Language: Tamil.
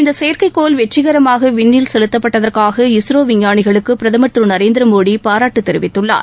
இந்த செயற்கைக்கோள் வெற்றிகரமாக விண்ணில் செலுத்தப்பட்டதற்காக இஸ்ரோ விஞ்ஞானிகளுக்கு பிரதமர் திரு நரேந்திரமோடி பாராட்டு தெரிவித்துள்ளார்